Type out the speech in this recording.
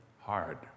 hard